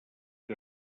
que